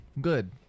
good